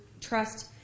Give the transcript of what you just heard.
trust